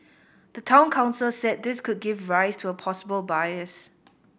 the Town Council said this could give rise to a possible bias